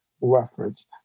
reference